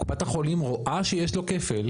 קופת החולים רואה שיש לו כפל,